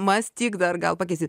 mąstyk dar gal pakeisi